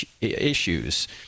issues